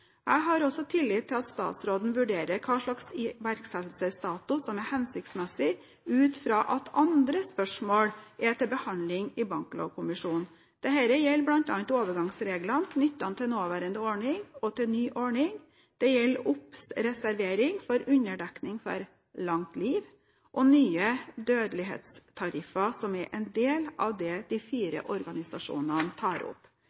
Jeg har også tillit til at statsråden vurderer hvilken iverksettelsesdato som er hensiktsmessig ut fra at andre spørsmål er til behandling i Banklovkommisjonen. Dette gjelder bl.a. overgangsreglene knyttet til nåværende ordning og til ny ordning, og det gjelder oppreservering for underdekning for «langt liv» og nye dødelighetstariffer, som er en del av det de fire organisasjonene tar opp.